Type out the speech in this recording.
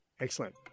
Excellent